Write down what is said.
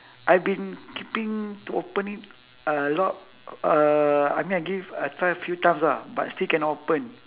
I've been keeping to opening a lot uh I mean I give I try a few times lah but still cannot open